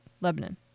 Lebanon